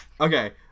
Okay